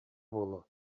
буолуо